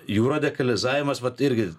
jų radikalizavimas vat irgi